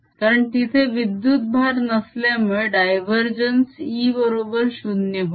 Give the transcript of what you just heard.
कारण तिथे विद्युत भार नसल्यामुळे डायवरजेन्स E बरोबर 0 होय